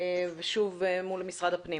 ושוב מול משרד הפנים.